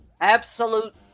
Absolute